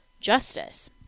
justice